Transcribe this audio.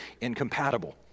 incompatible